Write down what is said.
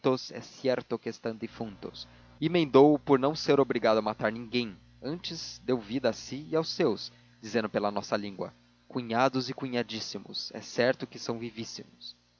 e emendou o por não ser obrigado a matar ninguém antes deu vida a si e aos seus dizendo pela nossa língua cunhados e cunhadíssimos é certo que são vivíssimos